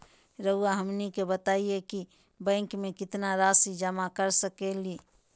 रहुआ हमनी के बताएं कि बैंक में कितना रासि जमा कर सके ली?